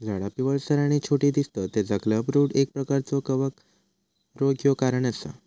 झाडा पिवळसर आणि छोटी दिसतत तेचा क्लबरूट एक प्रकारचो कवक रोग ह्यो कारण असा